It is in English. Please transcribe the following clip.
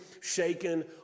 shaken